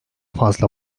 fazla